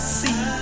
see